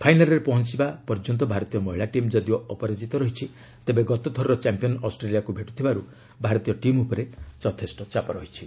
ଫାଇନାଲ୍ରେ ପହଞ୍ଚିବା ପର୍ଯ୍ୟନ୍ତ ଭାରତୀୟ ମହିଳା ଟିମ୍ ଯଦିଓ ଅପରାଜିତ ରହିଛି ତେବେ ଗତଥରର ଚାମ୍ପିୟନ୍ ଅଷ୍ଟ୍ରେଲିଆକୁ ଭେଟୁଥିବାରୁ ଭାରତୀୟ ଟିମ୍ ଉପରେ ଯଥେଷ୍ଟ ଚାପ ରହିଛି